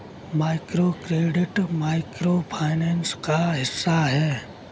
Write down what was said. microcredit micro finance का हिस्सा है